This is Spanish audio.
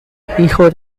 hijo